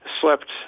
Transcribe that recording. slept